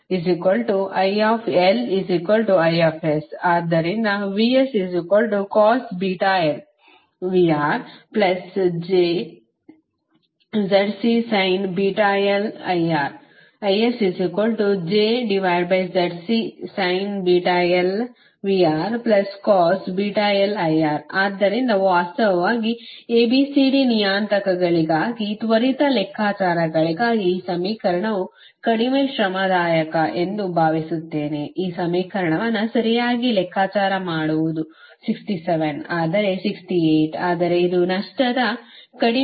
ಆದ್ದರಿಂದಆದ್ದರಿಂದ ಆದ್ದರಿಂದ ವಾಸ್ತವವಾಗಿ ABCD ನಿಯತಾಂಕಗಳಿಗಾಗಿ ತ್ವರಿತ ಲೆಕ್ಕಾಚಾರಗಳಿಗಾಗಿ ಈ ಸಮೀಕರಣವು ಕಡಿಮೆ ಶ್ರಮದಾಯಕ ಎಂದು ಭಾವಿಸುತ್ತೇನೆ ಈ ಸಮೀಕರಣವನ್ನು ಸರಿಯಾಗಿ ಲೆಕ್ಕಾಚಾರ ಮಾಡುವುದು 67 ಆದರೆ 68 ಆದರೆ ಇದು ನಷ್ಟದ ಕಡಿಮೆ ಸಾಲಿನ ಎಂದು ನೆನಪಿಡಿ